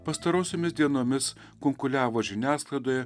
pastarosiomis dienomis kunkuliavo žiniasklaidoje